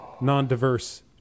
non-diverse